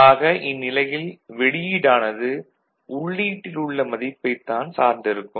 ஆக இந்நிலையில் வெளியீடானது உள்ளீட்டில் உள்ள மதிப்பைத் தான் சார்ந்து இருக்கும்